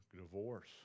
divorce